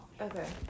Okay